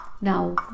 now